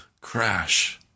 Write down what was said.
crash